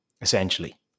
essentially